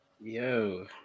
Yo